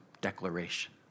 declaration